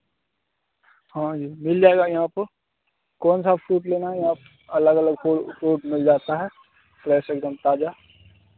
हाँ जी मिल जाएगा यहाँ आपको कौन सा फ्रूट लेना है आप अलग अलग फ्रूट मिल जाता है फ्रेश एक दम ताज़ा